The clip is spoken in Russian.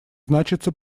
значится